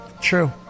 True